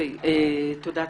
תודה.